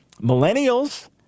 Millennials